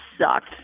sucked